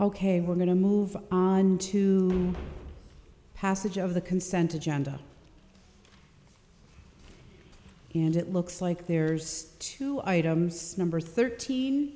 ok we're going to move to passage of the consent agenda and it looks like there's two items number thirt